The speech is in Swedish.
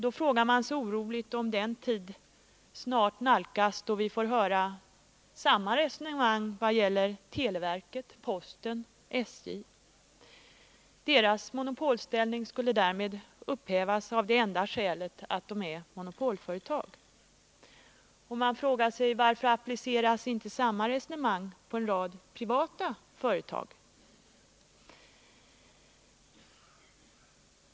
Då frågar man sig oroligt om den tid snart nalkas då vi får höra samma resonemang vad gäller televerket, posten och SJ. Deras monopolställning skulle upphävas av det enda skälet att de är monopolföretag. Man frågar sig: Varför appliceras inte motsvarande resonemang på en rad privata företag?